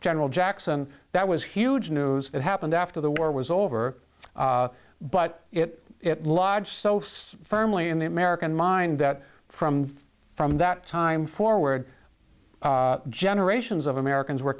general jackson that was huge news that happened after the war was over but it it lodged so firmly in the american mind that from from that time forward generations of americans were